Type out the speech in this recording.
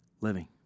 living